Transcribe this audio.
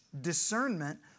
discernment